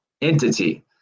entity